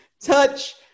touch